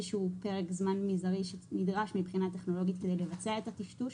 שהוא פרק זמן מזערי שנדרש מבחינה טכנולוגית כדי לבצע את הטשטוש,